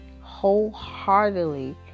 wholeheartedly